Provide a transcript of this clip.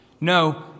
No